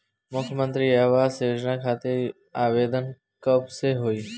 मुख्यमंत्री आवास योजना खातिर आवेदन कब से होई?